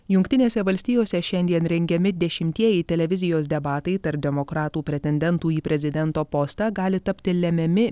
jungtinėse valstijose šiandien rengiami dešimtieji televizijos debatai tarp demokratų pretendentų į prezidento postą gali tapti lemiami